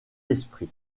esprit